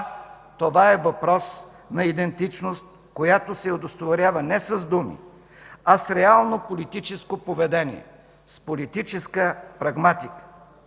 това е въпрос на идентичност, която се удостоверява не с думи, а с реално политическо поведение, с политическа прагматика.